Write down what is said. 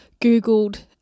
Googled